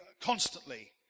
constantly